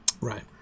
Right